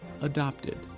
Adopted